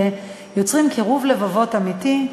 שיוצרים קירוב לבבות אמיתי.